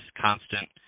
constant